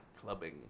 clubbing